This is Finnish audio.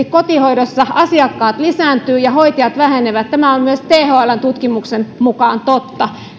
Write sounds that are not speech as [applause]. [unintelligible] kotihoidossa asiakkaat lisääntyvät ja hoitajat vähenevät tämä on myös thln tutkimuksen mukaan totta